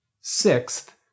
Sixth